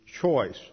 choice